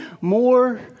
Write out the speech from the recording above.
more